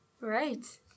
Right